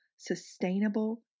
Sustainable